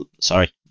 Sorry